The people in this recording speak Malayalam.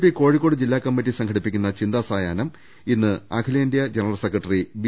പി കോഴിക്കോട് ജില്ലാ കമ്മിറ്റി സംഘടിപ്പിക്കുന്ന ചിന്താ സായാഹ്നം ഇന്ന് അഖിലേന്ത്യാ ജനറൽ സെക്രട്ടറി ബി